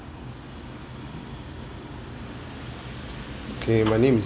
okay my name is